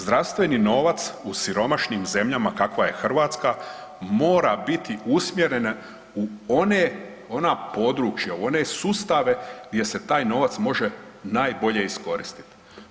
Zdravstveni novac u siromašnim zemljama kakva je Hrvatska mora biti usmjeren u one, ona područja u one sustave gdje se taj novac može najbolje iskoristiti.